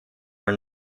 are